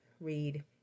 read